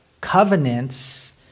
covenants